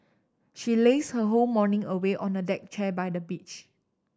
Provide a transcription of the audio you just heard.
she lazed her whole morning away on a deck chair by the beach